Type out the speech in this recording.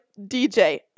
DJ